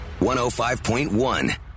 105.1